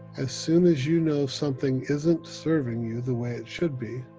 as soon as you know something isn't serving you the way it should be,